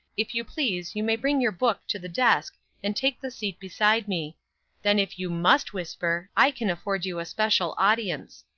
if you please you may bring your book to the desk and take the seat beside me then if you must whisper, i can afford you a special audience.